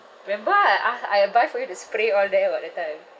remember I a~ I buy for you the spray all there [what] that time